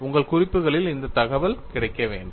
உங்கள் குறிப்புகளில் இந்த தகவல் கிடைக்க வேண்டும்